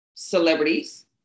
celebrities